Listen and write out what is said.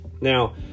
Now